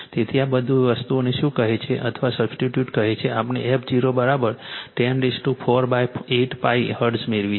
તેથી આ બધી વસ્તુને શું કહે છે અથવા સબસ્ટીટ્યુટ કહે છે આપણે f0 10 4 8π હર્ટ્ઝ મેળવી છે